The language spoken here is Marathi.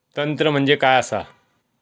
तंत्र म्हणजे काय असा?